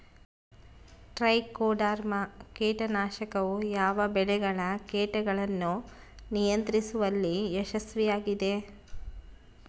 Trichoderma ಕೇಟನಾಶಕವು ಯಾವ ಬೆಳೆಗಳ ಕೇಟಗಳನ್ನು ನಿಯಂತ್ರಿಸುವಲ್ಲಿ ಯಶಸ್ವಿಯಾಗಿದೆ?